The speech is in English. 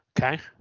Okay